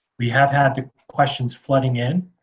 we have had questions flooding in.